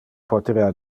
poterea